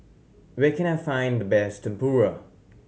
where can I find the best Tempura